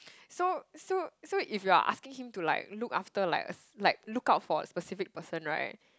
so so so if you are asking him to like look after like a s~ like look out for a specific person right